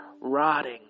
Rotting